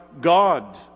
God